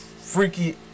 freaky